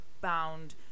bound